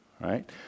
Right